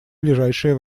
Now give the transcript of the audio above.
ближайшее